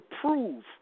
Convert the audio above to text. prove